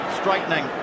straightening